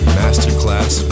masterclass